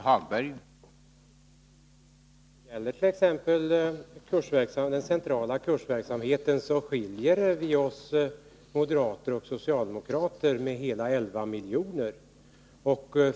Herr talman! När det gäller den centrala kursverksamheten skiljer det hela 11 miljoner mellan förslaget från oss socialdemokrater och förslaget från moderaterna.